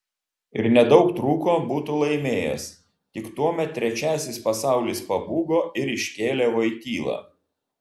ir nedaug trūko būtų laimėjęs tik tuomet trečiasis pasaulis pabūgo ir iškėlė voitylą